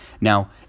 Now